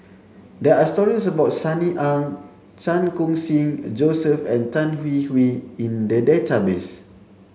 there are stories about Sunny Ang Chan Khun Sing Joseph and Tan Hwee Hwee in the database